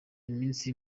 iminsi